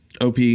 OP